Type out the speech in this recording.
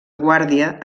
guàrdia